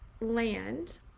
land